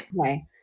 okay